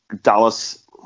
Dallas